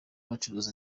bacuruza